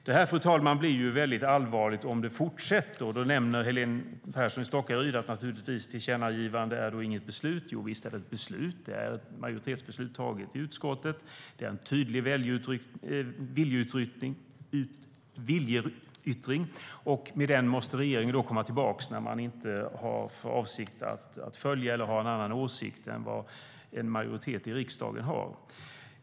Detta, fru talman, blir väldigt allvarligt om det fortsätter. Helene Petersson i Stockaryd nämner att tillkännagivande inte är ett beslut. Jo, visst är det ett beslut. Det är ett majoritetsbeslut taget i utskottet. Det är en tydlig viljeyttring, och regeringen måste komma tillbaka när man inte har för avsikt att följa den eller har en annan åsikt än vad en majoritet i riksdagen har.